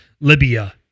libya